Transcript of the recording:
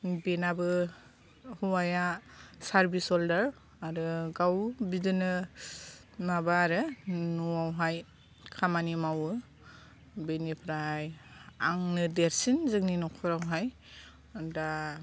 बेनाबो हौवाया service holder आरो गाव बिदिनो माबा आरो न'आवहाय खामानि मावो बेनिफ्राय आंनो देरसिन जोंनि न'खरावहाय दा